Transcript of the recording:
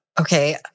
okay